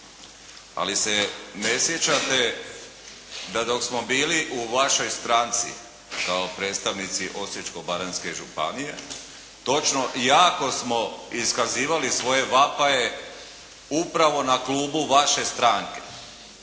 ali se ne sjećate da dok smo bili u vašoj stranci kao predstavnici Osječko-baranjske županije, točno, jako smo iskazivali svoje vapaje upravo na klupu vaše stranke.